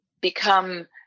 become